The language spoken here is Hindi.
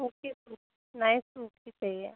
सूखी सु नहे सूखी चाहिए